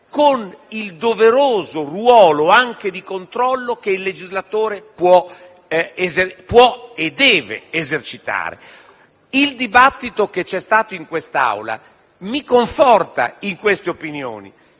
con il doveroso ruolo, anche di controllo, che il legislatore può e deve esercitare. Il dibattito che c'è stato in quest'Aula mi conforta in queste opinioni